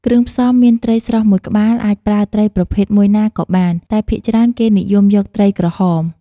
គ្រឿងផ្សំមានត្រីស្រស់ ១ ក្បាលអាចប្រើត្រីប្រភេទមួយណាក៏បាន តែភាគច្រើនគេនិយមយកត្រីក្រហម។